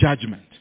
judgment